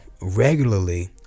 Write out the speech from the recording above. regularly